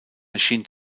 erschien